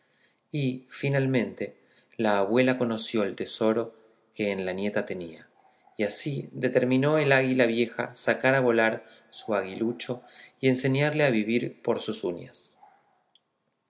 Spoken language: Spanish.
y finalmente la abuela conoció el tesoro que en la nieta tenía y así determinó el águila vieja sacar a volar su aguilucho y enseñarle a vivir por sus uñas